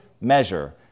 measure